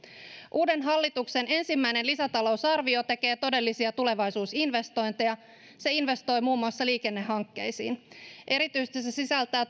uuden hallituksen ensimmäinen lisätalousarvio tekee todellisia tulevaisuusinvestointeja se investoi muun muassa liikennehankkeisiin erityisesti se se sisältää